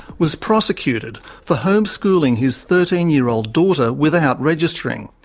was prosecuted for homeschooling his thirteen year old daughter without registering.